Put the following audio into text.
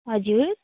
हजुर